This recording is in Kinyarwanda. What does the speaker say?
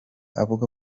avuga